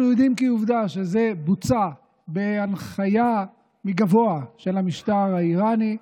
אנחנו יודעים כעובדה שזה בוצע בהנחיה מגבוה של המשטר האיראני,